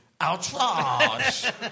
Outrage